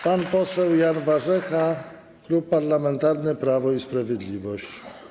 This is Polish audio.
Pan poseł Jan Warzecha, Klub Parlamentarny Prawo i Sprawiedliwość.